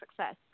success